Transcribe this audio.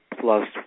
plus